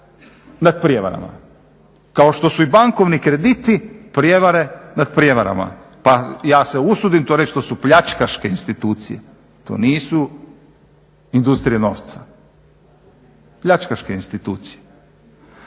nad prijevarama, kao što su i bankovni krediti prijevare nad prijevarama, pa ja se usudim to reći, to su pljačkaške institucije, to nisu industrije novca, pljačkaške institucije.